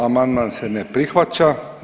Amandman se ne prihvaća.